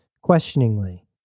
questioningly